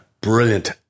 Brilliant